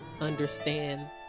understand